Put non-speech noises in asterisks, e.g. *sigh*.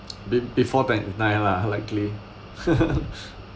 be~ before ninety nine lah likely *laughs*